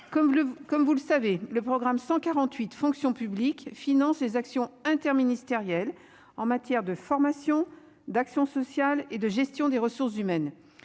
comme vous le savez le programme 148 Fonction publique finance ses actions interministérielles, en matière de formation d'action sociale et de gestion des ressources humaines,